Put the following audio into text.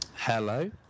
Hello